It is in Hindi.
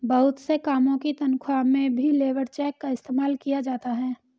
बहुत से कामों की तन्ख्वाह में भी लेबर चेक का इस्तेमाल किया जाता है